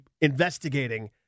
investigating